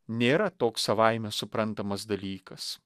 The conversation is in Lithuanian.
nėra toks savaime suprantamas dalykas